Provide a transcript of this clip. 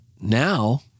now